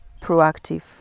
proactive